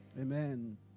amen